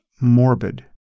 morbid